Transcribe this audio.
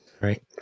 Right